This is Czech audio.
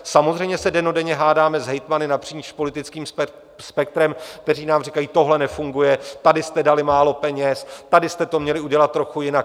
Samozřejmě se dennodenně hádáme s hejtmany napříč politickým spektrem, kteří nám říkají: tohle nefunguje, tady jste dali málo peněz, tady jste to měli udělat trochu jinak.